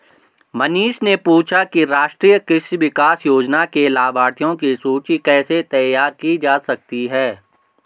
मनीष ने पूछा कि राष्ट्रीय कृषि विकास योजना के लाभाथियों की सूची कैसे तैयार की जा सकती है